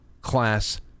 class